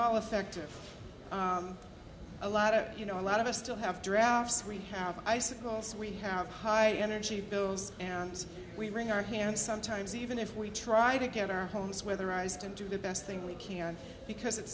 all effective a lot of you know a lot of us still have drafts recount icicles we have high energy bills and we wring our hands sometimes even if we try to get our homes weatherized and do the best thing we can because it's